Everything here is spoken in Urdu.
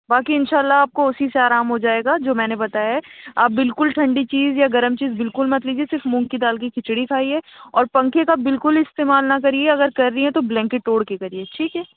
باقی اِنشاء اللہ آپ کو اِسی سے آرام ہو جائے گا جو میں نے بتایا ہے آپ بالکل ٹھنڈی چیز یا گرم چیز بالکل مت لیجیے صرف مونگ کی دال کی کھچڑی کھائیے اور پنکھے کا بالکل استعمال نہ کریے اگر کر رہی ہیں تو بلینکٹ اوڑھ کر کریے ٹھیک ہے